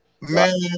Man